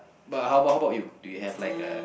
but how about how about you do you have like uh